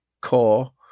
core